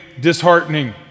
disheartening